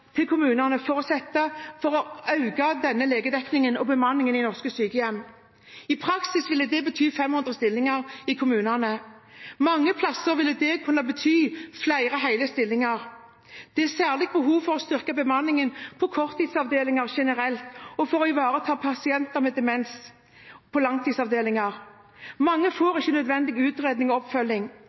til kommunene for å øke legedekningen og bemanningen i norske sykehjem. I praksis ville det betydd 500 nye stillinger i kommunene. Mange steder ville det kunne bety flere hele stillinger. Det er særlig behov for å styrke bemanningen på korttidsavdelinger generelt og for å ivareta personer med demens på langtidsavdelinger. Mange får ikke nødvendig utredning og oppfølging.